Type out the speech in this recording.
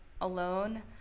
alone